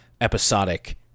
episodic